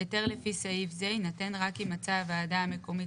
היתר לפי סעיף זה ינתן רק אם מצאה הוועדה המקומית,